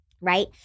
right